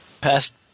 Past